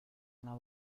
una